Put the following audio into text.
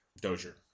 Dozier